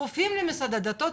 כפופים למשרד הדתות,